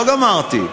לא גמרתי.